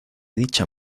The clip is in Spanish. dicha